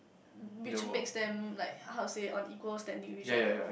which makes them like how say unequal standing with each other